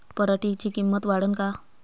पराटीची किंमत वाढन का?